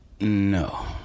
No